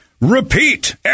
repeat